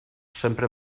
sempre